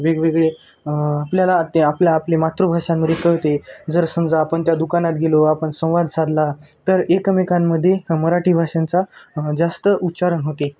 वेगवेगळे आपल्याला ते आपल्या आपली मातृभाषांमध्ये कळते जर समजा आपण त्या दुकानात गेलो आपण संवाद साधला तर एकमेकांमध्ये मराठी भाषेंचा जास्त उच्चारण होते